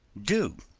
do.